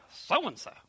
so-and-so